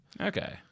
Okay